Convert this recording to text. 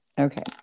Okay